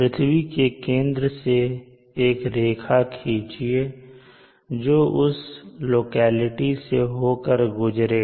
पृथ्वी के केंद्र से एक रेखा खींचिए जो उस लोकेलिटी से होकर गुज़रे